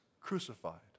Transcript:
crucified